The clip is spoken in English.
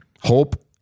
Hope